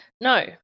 no